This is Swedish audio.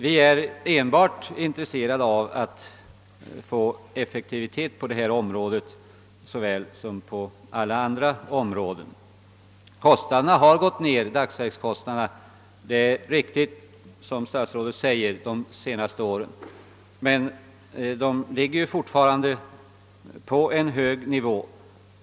Vi är enbart intresserade av att få till stånd effektivitet på detta område liksom på alla andra områden. Det är riktigt som statsrådet säger, att dagsverkskostnaderna gått ned under de senaste åren, men de ligger fortfarande på en hög nivå.